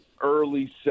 early